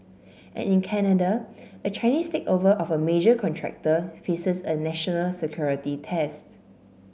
and in Canada a Chinese takeover of a major contractor faces a national security test